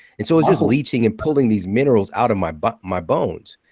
and so it's just leaching and pulling these minerals out of my but my bones.